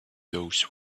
those